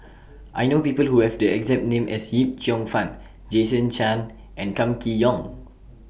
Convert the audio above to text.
I know People Who Have The exact name as Yip Cheong Fun Jason Chan and Kam Kee Yong